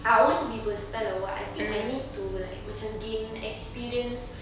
I were to be versatile or what I think I need to like macam gain experience